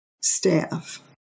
staff